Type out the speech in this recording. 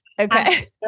Okay